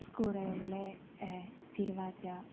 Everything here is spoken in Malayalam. സ്കൂളുകളിലെ തിരുവാതിര